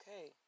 okay